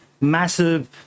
massive